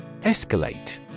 Escalate